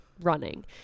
running